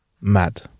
Mad